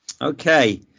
Okay